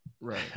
right